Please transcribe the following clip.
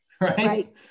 Right